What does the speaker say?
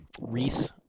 Reese